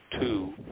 two